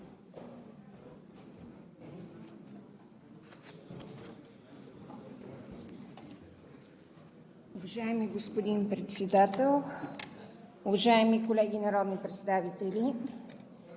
Уважаеми господин Председател, уважаеми колеги народни представители!